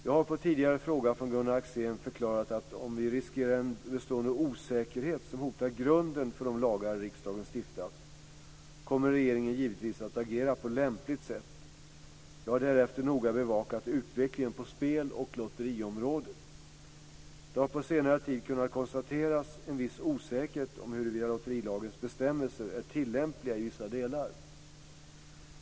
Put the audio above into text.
Jag har på tidigare fråga från Gunnar Axén förklarat att om vi riskerar en bestående osäkerhet som hotar grunden för de lagar riksdagen stiftat kommer regeringen givetvis att agera på lämpligt sätt. Jag har därefter noga bevakat utvecklingen på spel och lotteriområdet. Det har på senare tid kunnat konstateras en viss osäkerhet om huruvida lotterilagens bestämmelser är tillämpliga i vissa delar.